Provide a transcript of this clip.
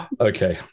okay